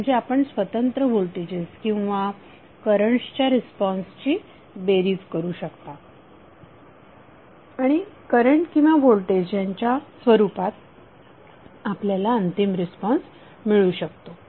म्हणजे आपण स्वतंत्र व्होल्टेजेस किंवा करंट्सच्या रिस्पॉन्सची बेरीज करू शकता आणि करंट किंवा व्होल्टेज यांच्या स्वरूपात आपल्याला अंतिम रिस्पॉन्स मिळू शकतो